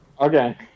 Okay